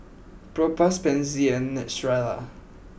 Propass Pansy and Neostrata